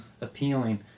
appealing